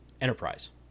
enterprise